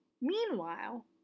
Meanwhile